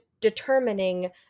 determining